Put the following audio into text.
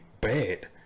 bad